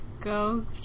Go